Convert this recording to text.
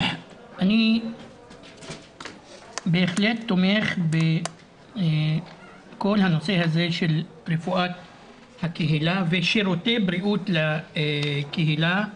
אני בהחלט תומך בכל הנושא הזה של רפואת הקהילה ושירותי בריאות לקהילה,